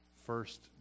first